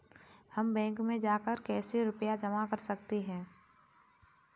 हम बैंक में जाकर कैसे रुपया जमा कर सकते हैं?